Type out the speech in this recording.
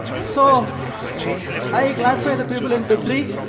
so i classify the people into three